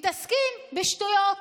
מתעסקים בשטויות,